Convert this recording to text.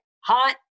Hot